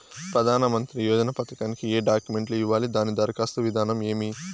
ప్రధానమంత్రి యోజన పథకానికి ఏ డాక్యుమెంట్లు ఇవ్వాలి దాని దరఖాస్తు విధానం ఏమి